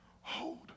hold